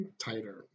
Tighter